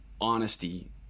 honesty